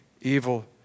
evil